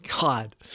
God